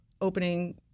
opening